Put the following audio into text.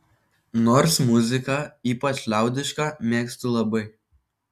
nors muziką ypač liaudišką mėgstu labai